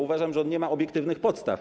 Uważam, że on nie ma obiektywnych podstaw.